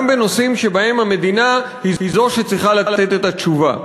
גם בנושאים שבהם המדינה היא שצריכה לתת את התשובה.